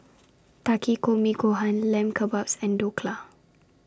Takikomi Gohan Lamb Kebabs and Dhokla